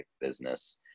business